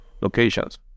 locations